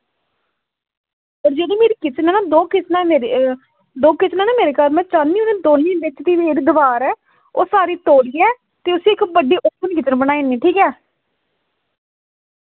होर जेह्ड़ी मेरी किस्म ऐ ना बहुत किस्म ऐ मेरे घर ते में चाह्न्नी कि मेरे घर जेह्ड़ी दिवार ऐ ते ओह् सारी तोड़ियै उसी ओपन च बनाई ओड़ना ठीक ऐ